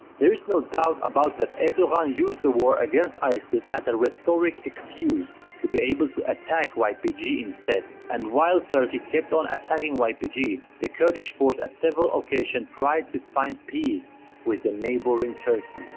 there is no doubt about that erdogan used the war against isis as a rhetoric excuse to be able to attack ypg instead. and while turkey kept on attacking ypg the kurdish force at several occasions tried to find peace with the neighboring turkey.